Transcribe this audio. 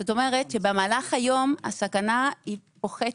זאת אומרת שבמהלך היום הסכנה פוחתת,